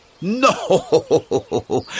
No